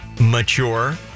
mature